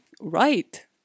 right